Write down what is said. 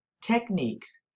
techniques